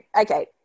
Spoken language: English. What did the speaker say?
okay